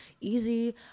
easy